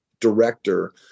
director